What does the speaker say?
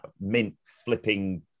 mint-flipping